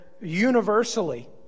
universally